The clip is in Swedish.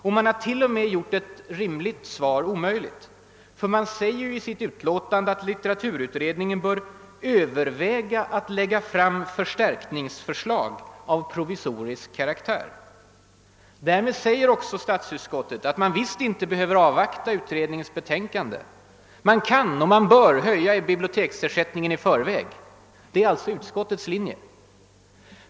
Det har t.o.m. gjort ett rimligt svar omöjligt, ty man säger ju i sitt utlåtande att litteraturutredningen bör »Överväga att lägga fram förstärkningsförslag av provisorisk karaktär». Därmed säger också statsutskottet att man visst inte behöver avvakta utredningens betänkande. Man kan och bör höja biblioteksersättningen i förväg.